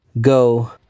go